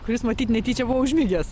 kuris matyt netyčia buvo užmigęs